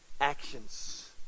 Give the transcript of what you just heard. actions